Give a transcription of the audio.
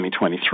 2023